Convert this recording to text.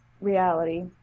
reality